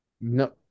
No